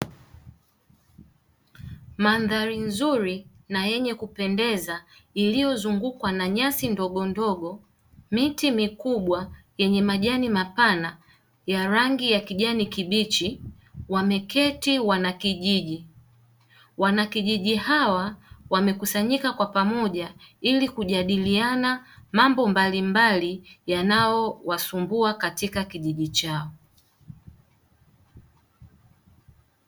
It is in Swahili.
Mandhari nzuri na yenye kupendeza iliyozungukwa na nyasi ndogondogo, miti mikubwa yenye majani mapana ya rangi ya kijani kibichi wameketi wanakijiji. Wanakijiji hawa wamekusanyika kwa pamoja ili kujadiliana mambo mbalimbali yanayowasumbua katika kijiji chao.